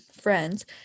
friends